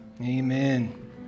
Amen